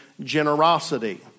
generosity